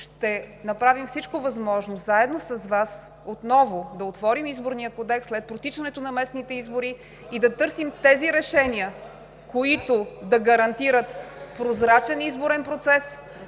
ще направим всичко възможно заедно с Вас отново да отворим Изборния кодекс след протичането на местните избори и да търсим тези решения, които да гарантират прозрачен изборен процес,